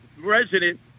resident